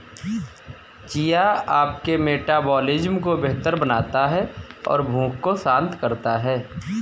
chia आपके metabolism को बेहतर बनाता है और भूख को शांत करता है